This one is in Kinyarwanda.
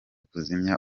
kuzimya